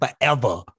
forever